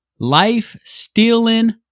Life-stealing